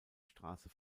straße